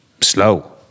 slow